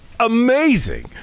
amazing